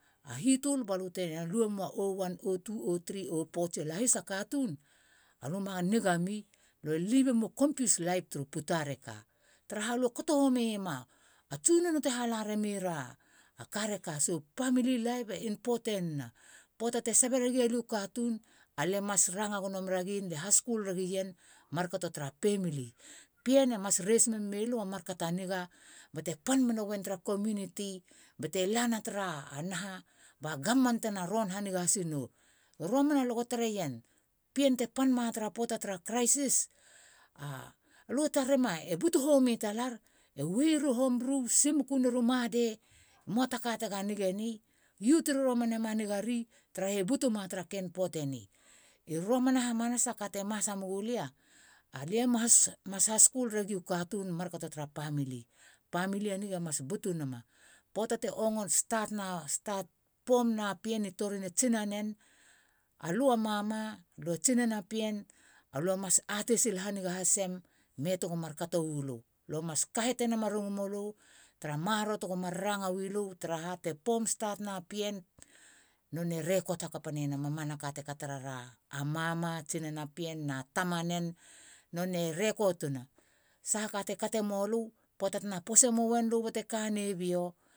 Hitul balute lue mou o one. o two. o three. o four. tsia lahisa katun alu maniga mi. lue leave emu confuse laip tara poata reka. taraha lue kato homiema tsunono te halarameira aka reka. pamili laip e impotenina na poata te sebe ragi lia a katun alie mas ranga gono meragien ha skul ragien mar kato tra pamili. pien e mas reis memilu a markato a niga bate pan menoien tra community bate lana tra ha. ba gavman tena ron haniga hasnou. i romana alu go tareien. pien te pan ma tara poata tara crisis lue tareme butu homi talar e weru home brew. simuku neru ma- de. moata ka tego niga ni. youth ini romana e ma nigari tara ha e butu ma tara ken poateni iromana hamanasa kate masa megulia alie mas ha skul regu katun a mar kato tara pamili. pamili eni e mas butunama. poata te start form na pien i torine tsinanen. alua mama. lue tsinana pien alue mas atei sil haniga hasem me tego mar kato wilu. lue ma kahhete na mia rungumulu tara maroro te go mar ranga wilu tara lia te form start na pien nonei record hakapela mamanaka te katera ra mama tsinana pien natamanen nonei record ina.